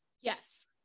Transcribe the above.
yes